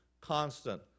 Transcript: constant